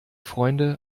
freunde